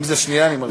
אם זה שנייה אני מרשה.